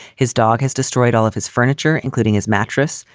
his dog has destroyed all of his furniture, including his mattress.